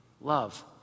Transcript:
love